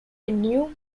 new